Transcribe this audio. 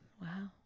Wow